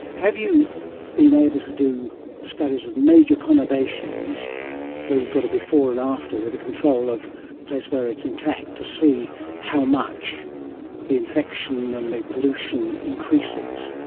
have you been able to do studies of major conurbations where you've got a before and after with a control of a place where it's intact, to see how much the infection and the pollution increases?